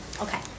Okay